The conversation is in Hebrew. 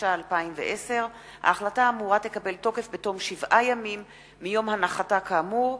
התש"ע 2010. ההחלטה האמורה תקבל תוקף בתום שבעה ימים מיום הנחתה כאמור,